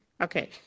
Okay